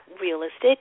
realistic